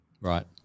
Right